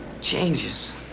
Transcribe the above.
changes